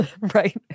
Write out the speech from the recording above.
Right